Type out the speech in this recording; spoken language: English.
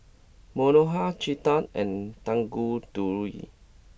Manohar Chetan and Tanguturi